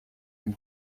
dem